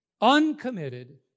uncommitted